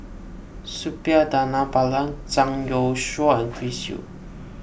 Suppiah Dhanabalan Zhang Youshuo and Chris Yeo